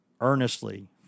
earnestly